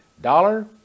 dollar